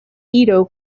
edo